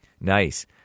Nice